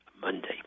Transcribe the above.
Monday